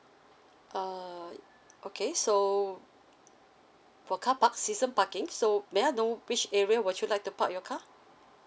uh okay so for carpark season parking so may I know which area would you like to park your car